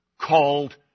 called